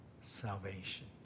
salvation